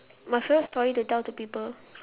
my favourite story to tell to people